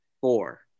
Four